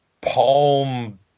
Palm